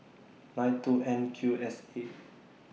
nine two N Q S eight